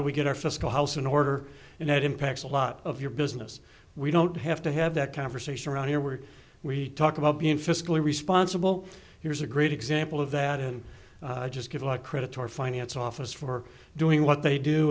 do we get our fiscal house in order and that impacts a lot of your business we don't have to have that conversation around here where we talk about being fiscally responsible here's a great example of that and just give a lot of credit to our finance office for doing what they do